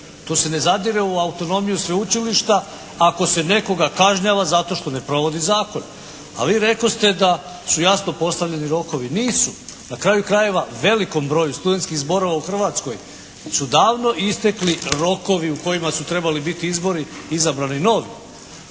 Tu se ne zadire u autonomiju sveučilišta ako se nekoga kažnjava zato što ne provodi zakon. A vi rekoste da su jasno postavljeni rokovi. Nisu. Na kraju krajeva velikom broju studentskih zborova u Hrvatskoj su davno istekli rokovi u kojima su trebali biti izbori i izabrani novi.